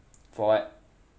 for what